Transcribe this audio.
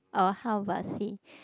oh how was he